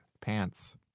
pants